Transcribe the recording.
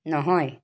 নহয়